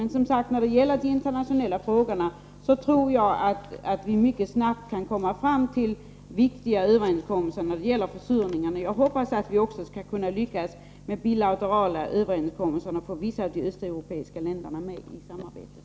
Men, som sagt, när det gäller de internationella frågorna beträffande försurningen tror jag att vi mycket snabbt kan komma fram till viktiga överenskommelser. Jag hoppas att vi också skall lyckas med bilaterala överenskommelser och få vissa av de östeuropeiska länderna med i samarbetet.